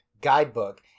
guidebook